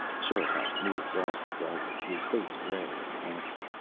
sherikov moved off dully, his face gray and haggard.